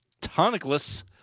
tonicless